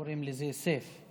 קוראים לזה "סיף",